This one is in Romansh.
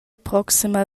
proxima